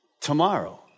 tomorrow